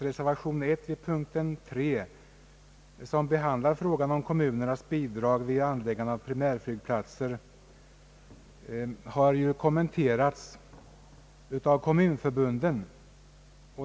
Reservation 1 vid punkten III som behandlar frågan om kommunernas bidrag för anläggande av primärflygplatser har kommenterats av kommunförbunden.